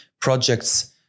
projects